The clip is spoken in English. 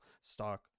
stock